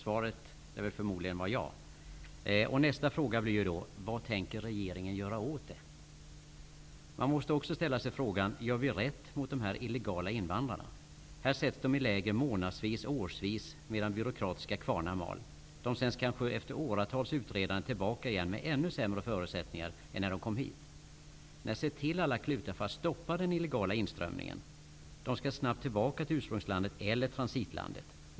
Svaret är förmodligen ja. Nästa fråga blir då: Vad tänker regeringen göra åt det? Man måste också ställa frågan: Gör vi rätt mot de illegala invandrarna? Här sätts de i läger månadsvis och årsvis, medan byråkratiska kvarnar mal. De sänds kanske efter åratals utredande tillbaka med ännu sämre förutsättningar än när de kom hit. Nej, sätt till alla klutar för att stoppa den illegala inströmningen! Flyktingarna skall snabbt tillbaka till ursprungslandet eller transitlandet.